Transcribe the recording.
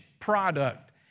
product